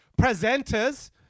presenters